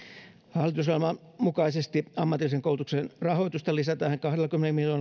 hallitusohjelman mukaisesti ammatillisen koulutuksen rahoitusta lisätään kahdellakymmenellä